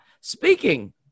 speaking